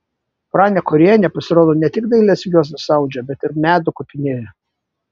pranė kuorienė pasirodo ne tik dailias juostas audžia bet ir medų kopinėja